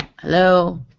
hello